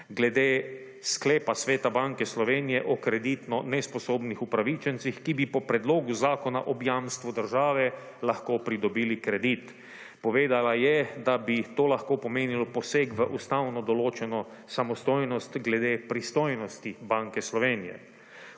glede sklepa sveta Banke Slovenije o kreditno nesposobnih upravičencih, ki bi po predlogu zakona ob jamstvu države lahko pridobili kredit. Povedala je, da bi to lahko pomenilo poseg v ustavno določeno samostojnost glede pristojnosti Banke Slovenije.